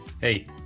hey